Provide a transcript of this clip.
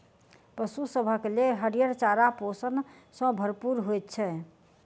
पशु सभक लेल हरियर चारा पोषण सॅ भरपूर होइत छै